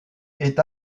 est